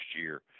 year